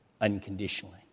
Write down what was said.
unconditionally